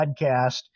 podcast